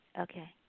Okay